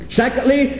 secondly